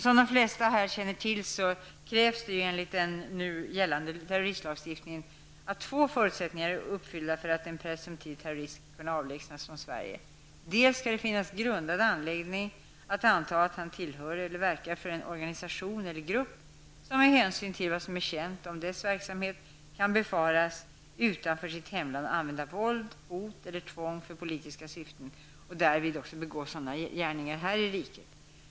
Som de flesta här känner till krävs enligt nu gällande terroristlagstiftning att två förutsättningar är uppfyllda för att en presumtiv terrorist skall kunna avlägsnas från Sverige: För det första skall det finnas grundad anledning att anta att han tillhör eller verkar för en organisation eller grupp som med hänsyn till vad som är känt om dess verksamhet kan befaras utanför sitt hemland använda våld, hot eller tvång för politiska syften och därvid också begå sådana gärningar här i riket.